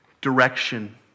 direction